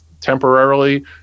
temporarily